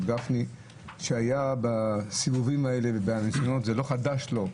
גפני שהיה בסיבובים האלה ובניסיונות זה לא חדש לו,